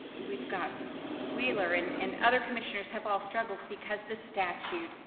we've got wheeler, and and other commissioners have all struggled, because the statute.